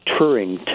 Turing